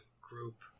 group